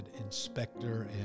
inspector